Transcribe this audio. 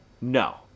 No